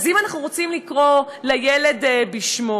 אז אם אנחנו רוצים לקרוא לילד בשמו,